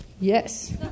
Yes